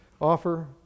offer